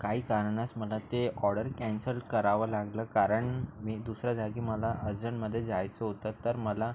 काही कारणास मला ते ऑडर कॅन्सल करावं लागलं कारण मी दुसऱ्या जागी मला अर्जनमध्ये जायचं होतं तर मला